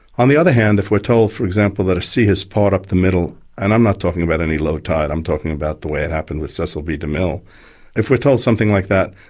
on the other hand, if we're told for example that a sea has parted up the middle and i'm not talking about any low tide, i'm talking about the way it happened with cecil b. de mille if we're told something like that,